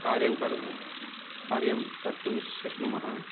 कार्यं कर् कार्यं कर्तुं शक्नुमः